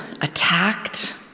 attacked